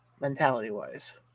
mentality-wise